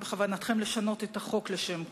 ובכוונתכם לשנות את החוק לשם כך.